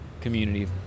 community